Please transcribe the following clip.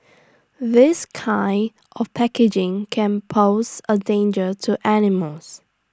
this kind of packaging can pose A danger to animals